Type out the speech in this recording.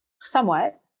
Somewhat